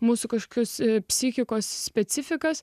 mūsų kažkokius psichikos specifikas